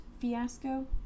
fiasco